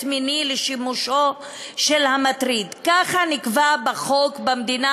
מיני לשימושו של המטריד" ככה נקבע בחוק במדינה,